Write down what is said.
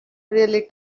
really